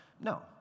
No